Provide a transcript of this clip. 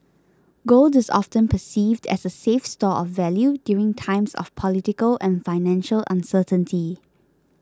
gold is often perceived as a safe store of value during times of political and financial uncertainty